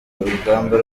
urugamba